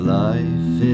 life